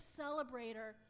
celebrator